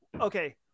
okay